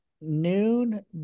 noon